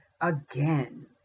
again